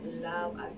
love